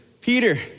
Peter